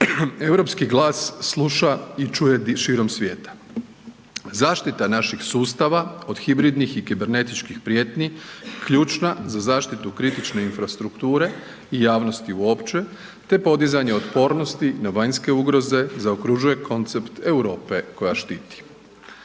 europski glas sluša i čuje širom svijeta. Zaštita naših sustava od hibridnih i kibernetičkih prijetnji, ključna za zaštitu kritične infrastrukture i javnosti uopće te podizanje otpornosti na vanjske ugroze zaokružuje koncept Europe koja štiti.